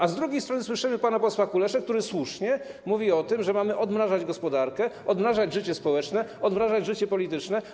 A z drugiej strony słyszymy pana posła Kuleszę, który słusznie mówi o tym, że mamy odmrażać gospodarkę, odmrażać życie społeczne, odmrażać życie polityczne.